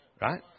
Right